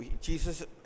jesus